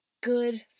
good